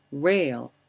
rail,